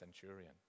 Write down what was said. centurion